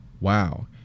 Wow